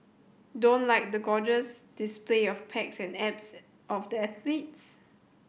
don't like the gorgeous display of pecs and abs of the athletes